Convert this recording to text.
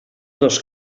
dos